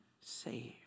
saved